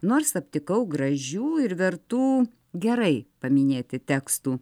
nors aptikau gražių ir vertų gerai paminėti tekstų